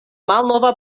malnova